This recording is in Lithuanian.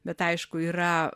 bet aišku yra